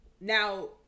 now